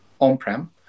on-prem